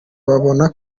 babona